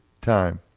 time